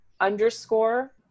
underscore